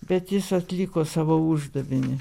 bet jis atliko savo uždavinį